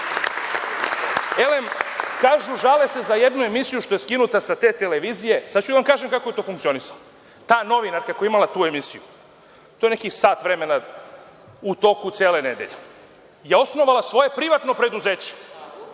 kažu žale se za jednu emisiju što je skinuta sa te televizije, a sad ću da vam kažem kako je to funkcionisalo. Ta novinarka koja je imala tu emisiju, to je nekih sat vremena u toku cele nedelje, je osnovala svoje privatno preduzeće